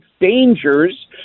dangers